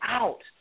out